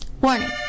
Warning